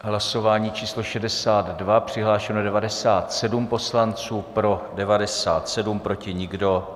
Hlasování číslo 62, přihlášeno 97 poslanců, pro 97, proti nikdo.